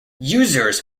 users